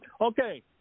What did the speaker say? Okay